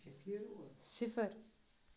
صِفر